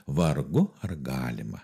vargu ar galima